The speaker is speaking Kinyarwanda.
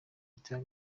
biteye